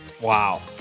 Wow